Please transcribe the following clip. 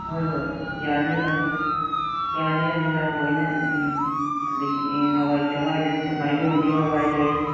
ꯍꯣꯏ ꯍꯣꯏ ꯌꯥꯅꯤ ꯂꯧ ꯌꯥꯅꯤ ꯌꯥꯅꯤ ꯂꯧ ꯂꯣꯏꯅ ꯎꯝ ꯑꯗꯒꯤ ꯎꯝ ꯍꯋꯥꯏ ꯆꯦꯡꯋꯥꯏ ꯑꯗꯒꯤ ꯃꯥꯏꯔꯣꯡꯕꯤ ꯍꯥꯋꯥꯏ ꯂꯩ